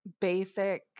basic